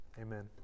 Amen